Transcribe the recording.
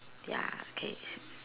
ya K s~